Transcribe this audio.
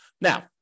Now